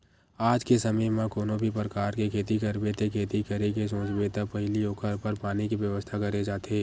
आज के समे म कोनो भी परकार के खेती करबे ते खेती करे के सोचबे त पहिली ओखर बर पानी के बेवस्था करे जाथे